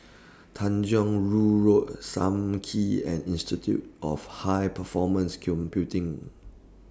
Tanjong Rhu Road SAM Kee and Institute of High Performance Computing